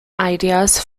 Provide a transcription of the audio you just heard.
ideas